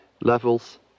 levels